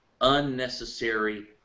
unnecessary